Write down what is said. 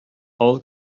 авыл